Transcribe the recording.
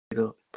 up